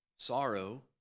Sorrow